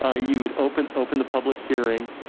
ah you would open open the public hearing,